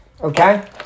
okay